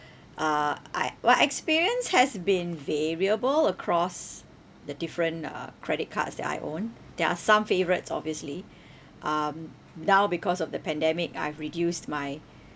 uh I my experience has been variable across the different uh credit cards that I own there are some favourites obviously um now because of the pandemic I've reduced my